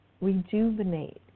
rejuvenate